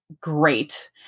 great